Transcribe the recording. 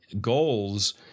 goals